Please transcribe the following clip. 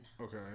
okay